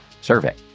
survey